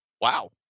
Wow